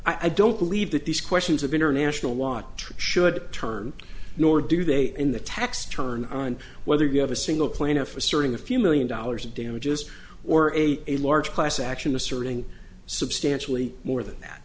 i don't believe that these questions of international watre should turn nor do they in the tax turn on whether you have a single plaintiff asserting a few million dollars in damages or ate a large class action asserting substantially more than that